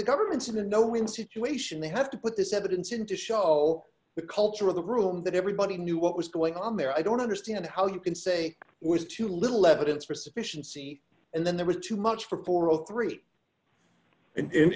the government's in a no win situation they have to put this evidence in to show the culture of the room that everybody knew what was going on there i don't understand how you can say with too little evidence for sufficiency and then there was too much for for all three